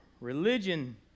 religion